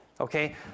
Okay